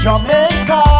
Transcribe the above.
Jamaica